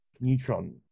neutron